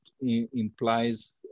implies